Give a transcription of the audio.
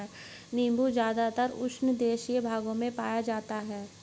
नीबू ज़्यादातर उष्णदेशीय भागों में पाया जाता है